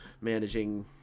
managing